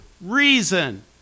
reason